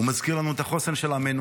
הוא מזכיר לנו את החוסן של עמנו,